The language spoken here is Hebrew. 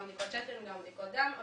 גם בדיקות שתן וגם בדיקות דם.